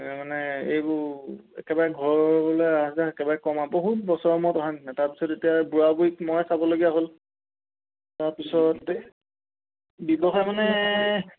তাৰমানে এইবোৰ একেবাৰে ঘৰলে আহ যাহ একেবাৰে কম আৰু বহুত বছৰ মূৰত অহাৰ নিচিনা তাৰপিছত এতিয়া বুঢ়া বুঢ়ীক মই চাবলগীয়া হ'ল তাৰপিছতে ব্যৱসায় মানে